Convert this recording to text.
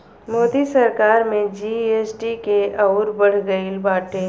मोदी सरकार में जी.एस.टी के अउरी बढ़ गईल बाटे